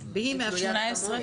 היא תלוית כמות.